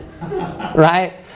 Right